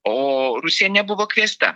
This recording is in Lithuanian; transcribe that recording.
o rusija nebuvo kviesta